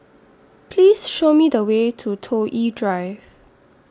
Please Show Me The Way to Toh Yi Drive